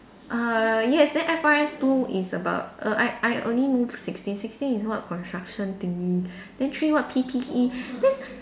uh yes then F_R_S two is about err I I only know sixteen sixteen is what construction thingy then three what P_P_E then